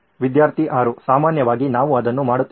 ವಿದ್ಯಾರ್ಥಿ 6 ಸಾಮಾನ್ಯವಾಗಿ ನಾವು ಅದನ್ನು ಮಾಡುತ್ತೇವೆ